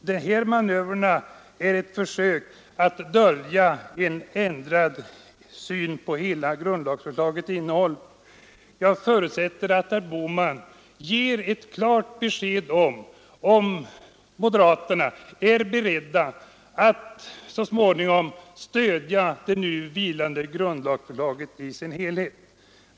dessa manövrer är ett försök att dölja en ändrad syn på hela grundlagsförslagets innehåll. Jag förutsätter att herr Bohman ger ett klart besked om huruvida moderaterna är beredda att så småningom stödja det nu vilande grundlagsförslaget i dess helhet.